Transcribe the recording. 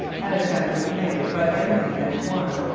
an attempt was made by m. c. antoine,